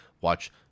watch